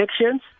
elections